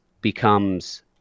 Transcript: becomes